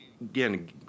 again